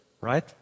right